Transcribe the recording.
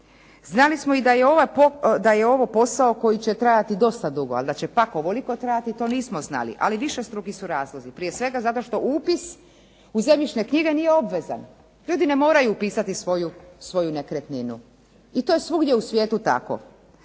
Znali smo da je ovo posao koji će trajati dosta dugo, ali da će pak ovoliko trajati to nismo znali. Ali višestruki su razlozi, prije svega zato što upis u zemljišne knjige nije obvezan. Ljudi ne moraju upisati svoju nekretninu. I to je svugdje u svijetu tako.